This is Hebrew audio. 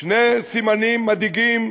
שני סימנים מדאיגים